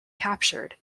captured